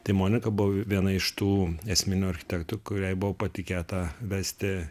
tai monika buvo viena iš tų esminių architektų kuriai buvo patikėta vesti